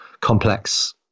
complex